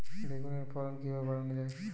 বেগুনের ফলন কিভাবে বাড়ানো যায়?